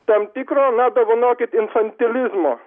tam tikro na dovanokit infantilizmo